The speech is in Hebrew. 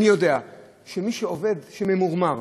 אני יודע שמי שעובד כשהוא ממורמר,